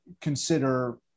consider